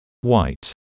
white